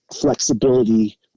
flexibility